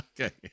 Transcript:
Okay